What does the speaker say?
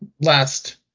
last